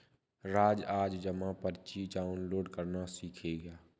राज आज जमा पर्ची डाउनलोड करना सीखेगा